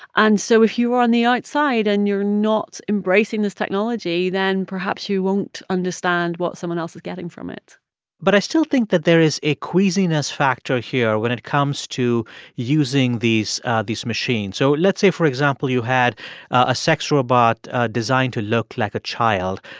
and so if you are on the outside and you're not embracing this technology, then perhaps you won't understand what someone else is getting from it but i still think that there is a queasiness factor here when it comes to using these these machines. so let's say, for example, you had a sex robot designed to look like a child.